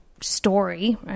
Story